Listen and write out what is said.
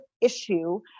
issue